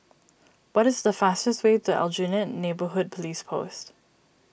what is the fastest way to Aljunied Neighbourhood Police Post